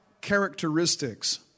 characteristics